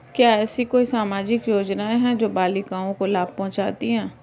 क्या ऐसी कोई सामाजिक योजनाएँ हैं जो बालिकाओं को लाभ पहुँचाती हैं?